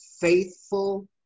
faithful